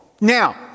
Now